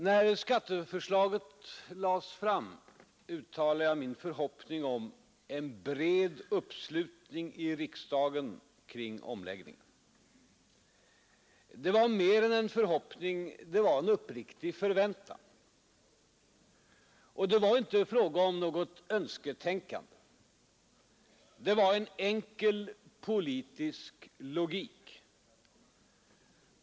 När skatteförslaget lades fram uttalade jag min förhoppning om en bred uppslutning i riksdagen kring omläggningen. Det var mera än en förhoppning, det var en uppriktig förväntan. Och det rörde sig inte om önsketänkande utan om enkel politisk logik.